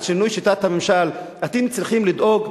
על שינוי שיטת הממשל: אתם צריכים לדאוג,